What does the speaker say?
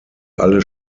alle